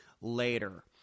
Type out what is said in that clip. later